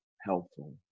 helpful